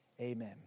amen